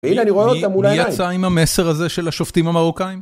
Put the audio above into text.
הנה, אני רואה אותם מול העיניים. מי יצא עם המסר הזה של השופטים המרוקאים?